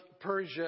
Persia